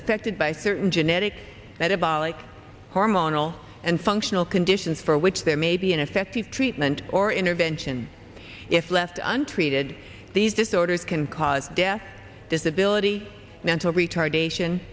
affected by certain genetic that about hormonal and functional conditions for which there may be an effective treatment or intervention if left untreated these disorders can cause death disability mental retardation